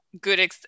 good